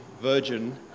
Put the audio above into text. virgin